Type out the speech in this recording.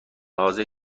حاضر